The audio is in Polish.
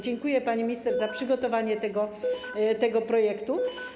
Dziękuję pani minister za przygotowanie tego projektu.